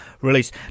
release